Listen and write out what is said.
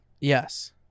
Yes